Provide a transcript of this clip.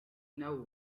now